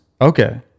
Okay